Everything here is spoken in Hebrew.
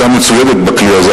שהיתה מצוידת בכלי הזה,